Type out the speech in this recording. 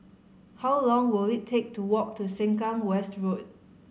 how long will it take to walk to Sengkang West Road